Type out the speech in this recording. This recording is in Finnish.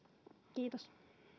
kiitos